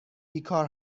بیکار